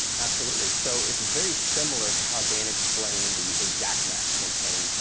absolutely, so it's very similar to how dan explained the exact match campaign,